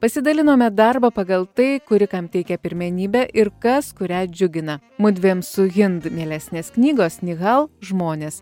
pasidalinome darbą pagal tai kuri kam teikia pirmenybę ir kas kurią džiugina mudviem su hind mielesnės knygos nihal žmonės